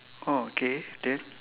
oh K then